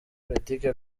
politiki